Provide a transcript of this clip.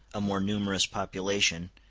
a more numerous population,